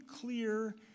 clear